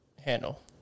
handle